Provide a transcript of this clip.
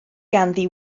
ganddi